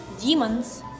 demons